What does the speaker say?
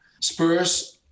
Spurs